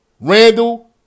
Randall